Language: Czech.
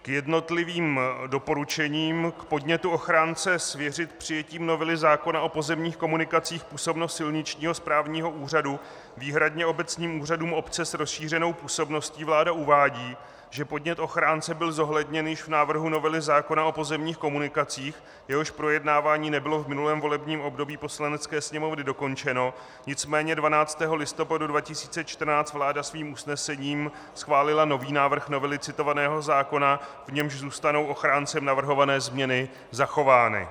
K jednotlivým doporučením k podnětu ochránce svěřit přijetím novely zákona o pozemních komunikacích působnost silničního správního úřadu výhradně obecním úřadům obce s rozšířenou působností vláda uvádí, že podnět ochránce byl zohledněn již v návrhu novely zákona o pozemních komunikacích, jehož projednávání nebylo v minulém volebním období Poslanecké sněmovny dokončeno, nicméně 12. listopadu 2014 vláda svým usnesením schválila nový návrh novely citovaného zákona, v němž zůstanou ochráncem navrhované změny zachovány.